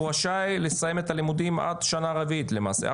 רשאי לסיים את הלימודים עד שנה רביעית למעשה.